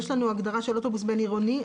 יש לנו הגדרה של אוטובוס בין עירוני.